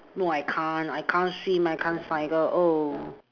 no I can't I can't swim I can't cycle oh